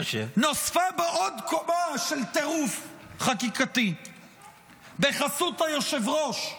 נוספה בו עוד קומה של טירוף חקיקתי בחסות היושב-ראש,